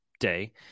day